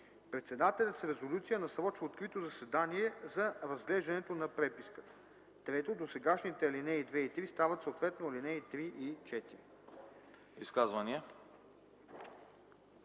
Председателят с резолюция насрочва открито заседание за разглеждането на преписката.” 3. Досегашните алинеи 2 и 3 стават съответно алинеи 3 и 4.”